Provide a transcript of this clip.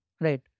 right